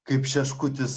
kaip šeškutis